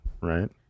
right